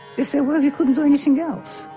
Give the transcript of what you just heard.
they say, well, we couldn't do anything else.